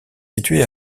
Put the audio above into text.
situé